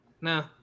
No